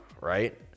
right